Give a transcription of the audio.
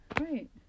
Right